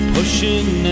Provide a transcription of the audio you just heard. Pushing